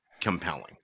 compelling